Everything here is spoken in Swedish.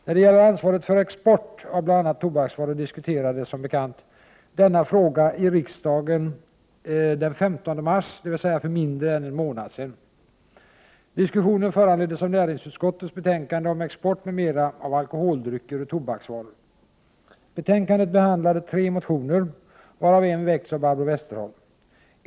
När det gäller ansvaret för export av bl.a. tobaksvaror diskuterades, som bekant, denna fråga i riksdagen den 15 mars, dvs. för mindre än en månad sedan. Diskussionen föranleddes av näringsutskottets betänkande om export m.m. av alkoholdrycker och tobaksvaror. Betänkandet behandlade tre motioner, varav en väckts av Barbro Westerholm.